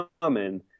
common